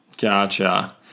Gotcha